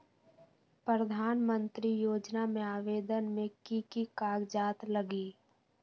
प्रधानमंत्री योजना में आवेदन मे की की कागज़ात लगी?